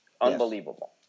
unbelievable